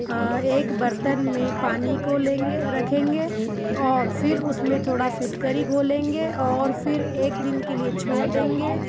हाँ एक बर्तन में पानी को लेंगे रखेंगे और फिर उसमें थोड़ा फ़िटकरी घोलेंगे और फिर एक दिन के लिए छोड़ देंगे